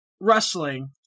wrestling